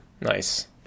nice